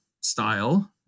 style